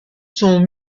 sont